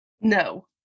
No